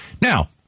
now